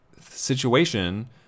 situation